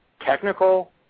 technical